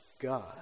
God